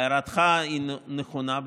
הערתך היא נכונה,